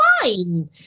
fine